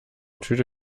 tüte